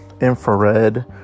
infrared